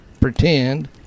Pretend